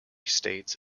states